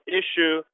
issue